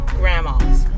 grandmas